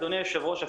אדוני היושב-ראש,